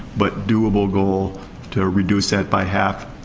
but doable goal to reduce that by half,